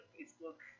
Facebook